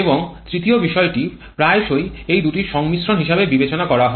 এবং তৃতীয় বিষয়টি প্রায়শই এই দুটিয়ের সংমিশ্রণ হিসাবে বিবেচনা করা হয়